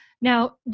Now